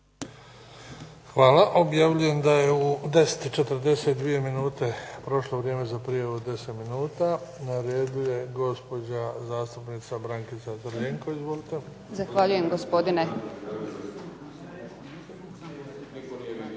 Hvala. Objavljujem da je u 10,42 sati prošlo vrijeme za prijavu od 10 minuta. Na redu je gospođa zastupnica Brankica Crljenko. Izvolite. **Crljenko,